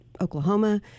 Oklahoma